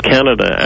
Canada